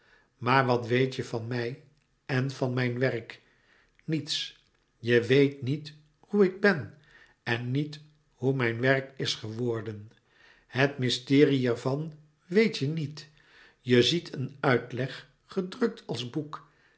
maar wat weet je van mij en van mijn werk niets je weet niet hoe ik ben en niet hoe mijn werk is geworden het mysterie ervan weet je niet je ziet een uiting gedrukt als boek